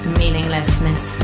meaninglessness